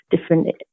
different